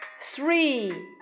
three